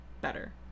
better